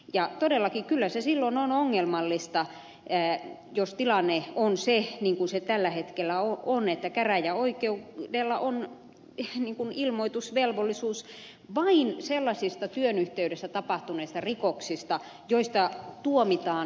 ja todellakin kyllä se silloin on ongelmallista jos tilanne on se niin kuin se tällä hetkellä on että käräjäoikeudella on ilmoitusvelvollisuus vain sellaisista työn yhteydessä tapahtuneista rikoksista joista tuomitaan vankeusrangaistukseen